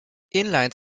inline